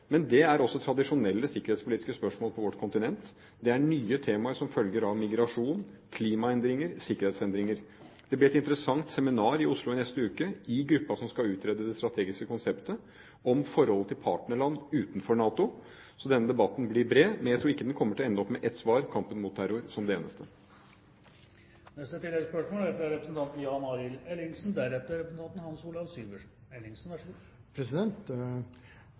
men det er også tradisjonelle sikkerhetspolitiske spørsmål på vårt kontinent, det er nye temaer som følger av migrasjon, klimaendringer, sikkerhetsendringer. Det blir et interessant seminar i Oslo i neste uke i gruppen som skal utrede det strategiske konseptet om forholdet til partnerland utenfor NATO. Så denne debatten blir bred, men jeg tror ikke den kommer til å ende opp med ett svar – kampen mot terror – som det eneste.